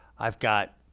i've got